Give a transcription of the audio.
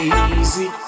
easy